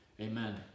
Amen